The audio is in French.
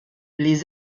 les